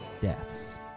deaths